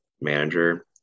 manager